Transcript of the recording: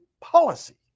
policy